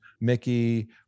Mickey